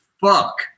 fuck